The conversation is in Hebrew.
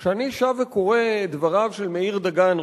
כשאני שב וקורא את דבריו של מאיר דגן,